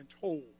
told